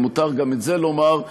ומותר גם את זה לומר,